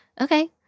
Okay